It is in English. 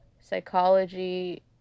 psychology